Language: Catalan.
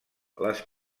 les